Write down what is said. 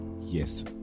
Yes